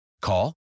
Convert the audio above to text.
Call